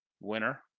winner